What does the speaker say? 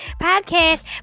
podcast